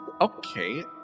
Okay